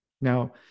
Now